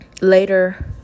later